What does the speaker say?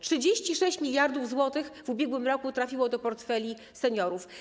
36 mld zł w ubiegłym roku trafiło do portfeli seniorów.